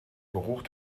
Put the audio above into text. geruch